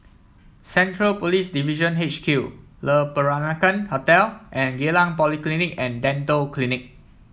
Central Police Division H Q Le Peranakan Hotel and Geylang Polyclinic and Dental Clinic